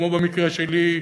כמו במקרה שלי,